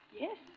Yes